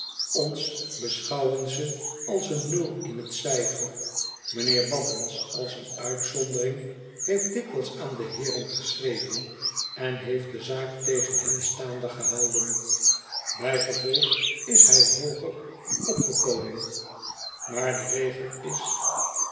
ons beschouwen ze als een nul in t cijfer m'nheer battens als een uitzondering heeft dikwijls aan de heeren geschreven en heeft de zaak tegen hen staande gehouden bijgevolg is hij hooger opgekomen maar de regel is